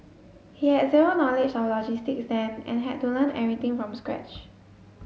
he had zero knowledge of logistics then and had to learn everything from scratch